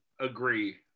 agree